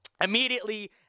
immediately